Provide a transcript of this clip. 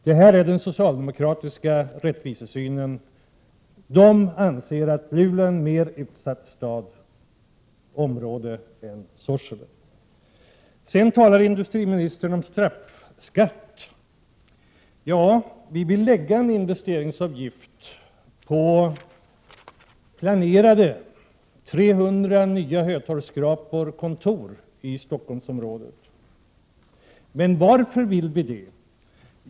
Det här är den socialdemokratiska rättvisesynen. Socialdemokraterna anser att Luleå är ett mera utsatt område än Sorsele. Industriministern talar om straffskatt. Ja, vi vill lägga en investeringsavgift på de planerade 300 nya skyskrapekontoren i Stockholmsområdet. Varför vill vi det?